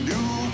New